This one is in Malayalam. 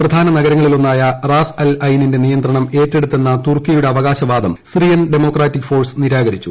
പ്രധാന നഗരങ്ങളിലൊന്നായ റാസ് അൽ അയ്നിന്റെ നിയന്ത്രണം ഏറ്റെടുത്തെന്ന തുർക്കിയുടെ അവകാശവാദം സിറിയൻ ഡെമോക്രാറ്റിക് ഫോഴ്സ് നിരാകരിച്ചു